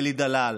אלי דלל,